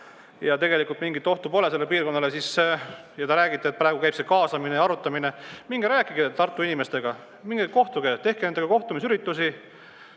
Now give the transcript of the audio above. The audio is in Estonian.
ja tegelikult mingit ohtu pole sellele piirkonnale. Ja te räägite, et praegu käib kaasamine ja arutamine. Minge rääkige Tartu inimestega! Minge kohtuge, tehke nendega kohtumisüritusi,